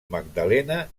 magdalena